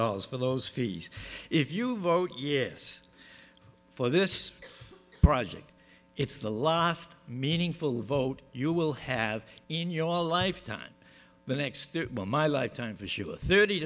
dollars for those fees if you vote yes for this project it's the last meaningful vote you will have in your lifetime the next my lifetime for sure thirty